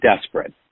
desperate